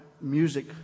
music